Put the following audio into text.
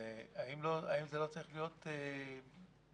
האם זה לא צריך להיות בחוק?